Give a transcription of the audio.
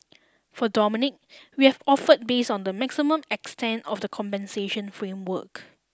for Dominique we have offered based on the maximum extent of the compensation framework